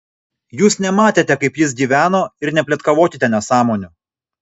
jūs nematėte kaip jis gyveno ir nepletkavokite nesąmonių